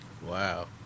Wow